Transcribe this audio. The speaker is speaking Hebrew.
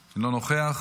אינו נוכח,